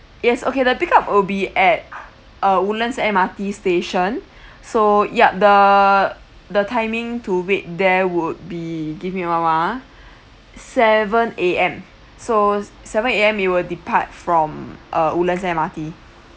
yes okay the pick up will be at uh woodlands M_R_T station so yup the the timing to wait there would be give me a while ah seven A_M so seven A_M we will depart from uh woodlands M_R_T